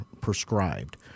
prescribed